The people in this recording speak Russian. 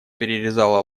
перерезала